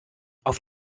auf